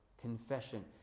confession